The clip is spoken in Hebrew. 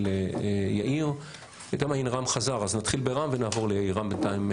רם חזר, אז נתחיל ברם ונעבור ליאיר.